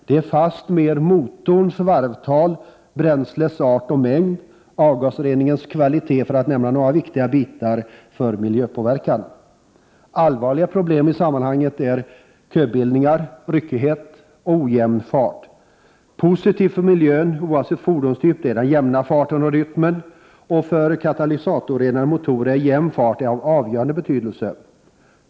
Det är fastmer motorns varvtal, bränslets art och mängd samt avgasreningens kvalitet för att nämna några viktiga bitar när det gäller miljöpåverkan. Allvarliga problem i sammanhanget är köbildningar, ryckighet och ojämn fart. Positivt för miljön, oavsett fordonstyp, är den jämna farten och rytmen. Och för katalysatorrenade motorer är jämn fart av avgörande betydelse.